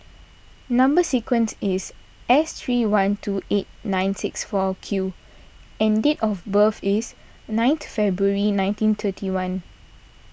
Number Sequence is S three one two eight nine six four Q and date of birth is ninth February ninety thirty one